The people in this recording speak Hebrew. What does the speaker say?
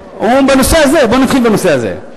בנושא הזה, בוא נתחיל בנושא הזה.